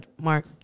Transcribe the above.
Mark